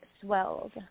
swelled